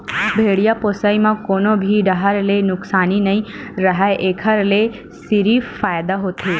भेड़िया पोसई म कोनो भी डाहर ले नुकसानी नइ राहय एखर ले सिरिफ फायदा होथे